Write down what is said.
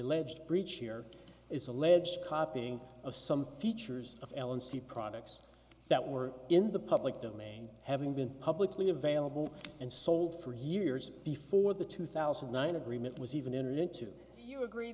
alleged breach here is alleged copying of some features of l and c products that were in the public domain having been publicly available and sold for years before the two thousand and nine agreement was even entered into you agree